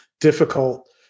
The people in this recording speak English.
difficult